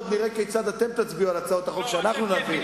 אנחנו עוד נראה כיצד אתם תצביעו על הצעות החוק שאנחנו נביא.